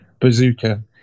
bazooka